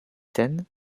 ten